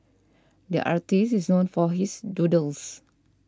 the artist is known for his doodles